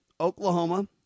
Oklahoma